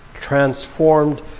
transformed